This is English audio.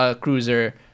cruiser